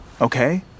okay